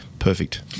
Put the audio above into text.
Perfect